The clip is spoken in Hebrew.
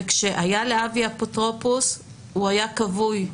וכשהיה לאבי אפוטרופוס, הוא היה כבוי.